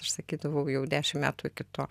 išsakydavau jau dešim metų iki to